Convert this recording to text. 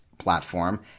platform